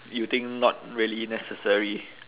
you think not really necessary